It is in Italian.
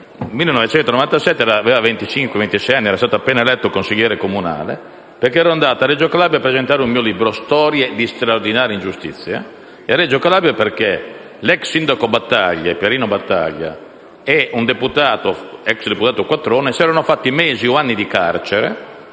quando aveva circa 28 anni ed era stato appena eletto consigliere comunale, perché ero andato a Reggio Calabria a presentare il mio libro «Storie di straordinaria ingiustizia». Avevo scelto Reggio Calabria perché l'ex sindaco Pierino Battaglia e l'ex deputato Quattrone si erano fatti mesi o anni di carcere,